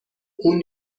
اون